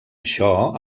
això